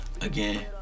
again